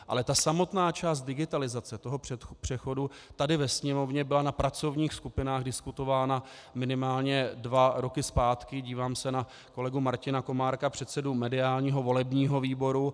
Ale samotná část digitalizace přechodu tady ve Sněmovně byla na pracovních skupinách diskutována minimálně dva roky zpátky dívám se na kolegu Martina Komárka, předsedu mediálního volebního výboru.